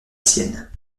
sienne